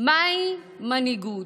מהי מנהיגות.